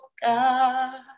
God